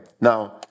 Now